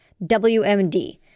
WMD